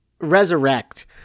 resurrect